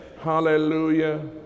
Hallelujah